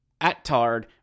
Attard